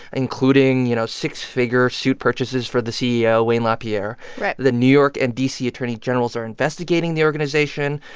including you know six-figure suit purchases for the ceo, wayne lapierre right the new york and d c. attorney generals are investigating the organization.